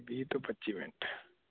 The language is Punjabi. ਵੀਹ ਤੋਂ ਪੱਚੀ ਮਿੰਟ